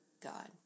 God